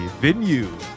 Venue